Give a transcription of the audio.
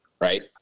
right